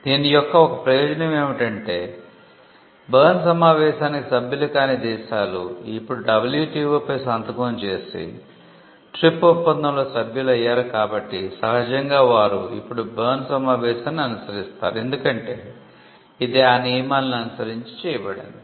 దీని యొక్క ఒక ప్రయోజనం ఏమిటంటే బెర్న్ సమావేశానికి సభ్యులు కాని దేశాలు ఇప్పుడు WTO పై సంతకం చేసి TRIPS ఒప్పందంలో సభ్యులు అయ్యారు కాబట్టి సహజంగా వారు ఇప్పుడు బెర్న్ సమావేశాన్ని అనుసరిస్తారు ఎందుకంటే ఇది ఆ నియమాలను అనుసరించి చేయబడింది